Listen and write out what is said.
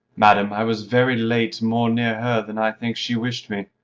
madam, i was very late more near her than i think she wish'd me.